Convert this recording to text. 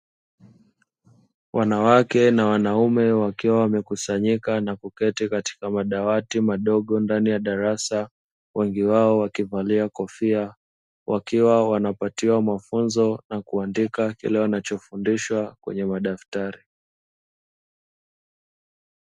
Wanawake na wanaume wakiwa wamekusanyika na kuketi katika madawati madogo ndani ya darasa wengi wao wakivalia kofia, wanapatiwa mafunzo na kuandika kile wanachofundishwa kwenye madafutari.